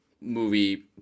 movie